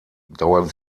dauern